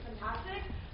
fantastic